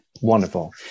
wonderful